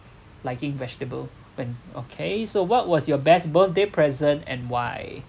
liking vegetable when okay so what was your best birthday present and why